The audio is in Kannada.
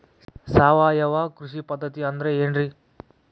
ಸಾವಯವ ಕೃಷಿ ಪದ್ಧತಿ ಅಂದ್ರೆ ಏನ್ರಿ?